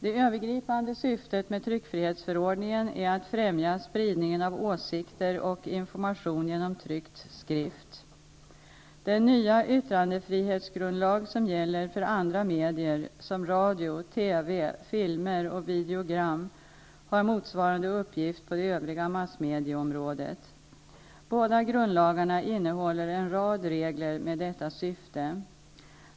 Det övergripande syftet med tryckfrihetsförordningen är att främja spridningen av åsikter och information genom tryckt skrift. Den nya yttrandefrihetsgrundlag som gäller för andra medier som radio, TV, filmer och videogram har motsvarande uppgift på det övriga massmedieområdet. Båda grundlagarna innehåller en rad regler med detta syfte.